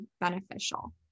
beneficial